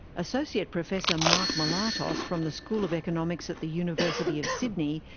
associate professor mark melatos from the school of economics at the university of sydney,